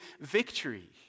victory